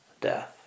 death